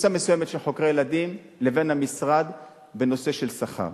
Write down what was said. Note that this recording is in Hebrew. קבוצה מסוימת של חוקרי ילדים לבין המשרד בנושא של שכר.